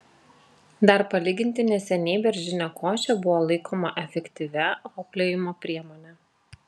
dar palyginti neseniai beržinė košė buvo laikoma efektyvia auklėjimo priemone